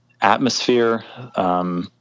atmosphere